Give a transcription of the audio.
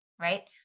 right